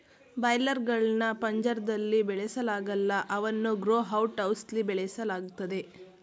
boiler ಗಳ್ನ ಪಂಜರ್ದಲ್ಲಿ ಬೆಳೆಸಲಾಗಲ್ಲ ಅವನ್ನು ಗ್ರೋ ಔಟ್ ಹೌಸ್ಲಿ ಬೆಳೆಸಲಾಗ್ತದೆ